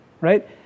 right